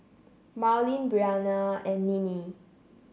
Marylyn Briana and Ninnie